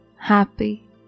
happy